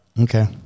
Okay